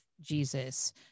Jesus